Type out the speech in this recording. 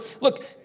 look